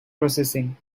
processing